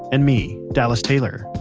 and me, dallas taylor.